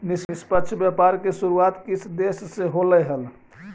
निष्पक्ष व्यापार की शुरुआत किस देश से होलई हल